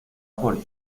por